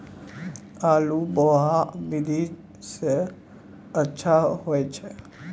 आलु बोहा विधि सै अच्छा होय छै?